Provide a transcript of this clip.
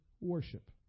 worship